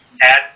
add